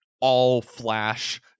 all-flash